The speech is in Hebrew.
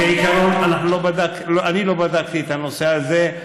אני, כעיקרון, לא בדקתי את הנושא הזה.